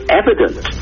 evident